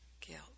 Guilt